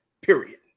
period